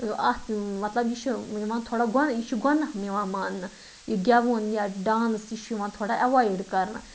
اَتھ مَطلَب یہِ چھُ یِوان تھوڑا گۄنا یہِ چھُ گۄناہ یِوان ماننہٕ یہِ گیٚوُن یا ڈانٕس یہِ چھُ یِوان تھوڑا ایٚوایڈ کَرنہٕ